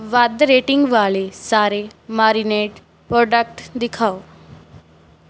ਵੱਧ ਰੇਟਿੰਗ ਵਾਲੇ ਸਾਰੇ ਮਾਰੀਨੇਡ ਪ੍ਰੋਡਕਟ ਦਿਖਾਓ